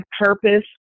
purpose